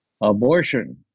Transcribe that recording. abortion